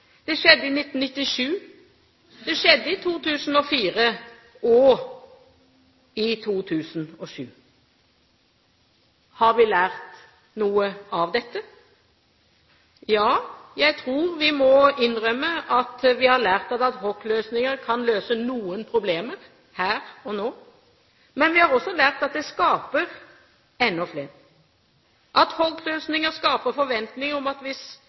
det skjedde i 1997, i 2004 og i 2007. Har vi lært noe av dette? Ja, jeg tror vi må innrømme at vi har lært at ad hoc-løsninger kan løse noen problemer her og nå, men vi har også lært at det skaper enda flere. Ad hoc-løsninger skaper forventninger om at hvis